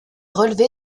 relevé